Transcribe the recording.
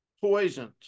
poisoned